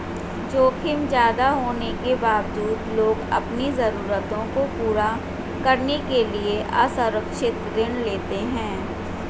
जोखिम ज्यादा होने के बावजूद लोग अपनी जरूरतों को पूरा करने के लिए असुरक्षित ऋण लेते हैं